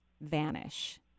vanish